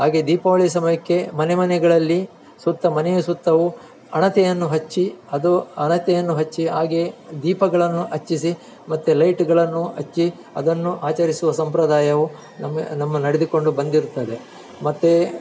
ಹಾಗೆ ದೀಪಾವಳಿ ಸಮಯಕ್ಕೆ ಮನೆ ಮನೆಗಳಲ್ಲಿ ಸುತ್ತ ಮನೆಯ ಸುತ್ತವು ಹಣತೆಯನ್ನು ಹಚ್ಚಿ ಅದು ಹಣತೆಯನ್ನು ಹಚ್ಚಿ ಹಾಗೆಯೇ ದೀಪಗಳನ್ನು ಹಚ್ಚಿಸಿ ಮತ್ತು ಲೈಟುಗಳನ್ನು ಹಚ್ಚಿ ಅದನ್ನು ಆಚರಿಸುವ ಸಂಪ್ರದಾಯವು ನಮ್ಮ ನಮ್ಮ ನಡೆದುಕೊಂಡು ಬಂದಿರುತ್ತದೆ ಮತ್ತು